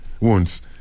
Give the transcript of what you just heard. wounds